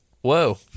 Whoa